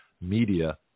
media –